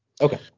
Okay